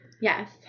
yes